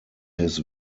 his